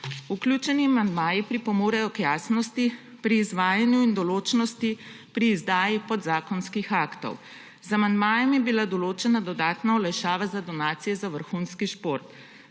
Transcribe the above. Vključeni amandmaji pripomorejo k jasnosti pri izvajanju in določnosti pri izdaji podzakonskih aktov. Z amandmajem je bila določena dodatna olajšava za donacije za vrhunski šport.